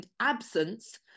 absence